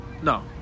No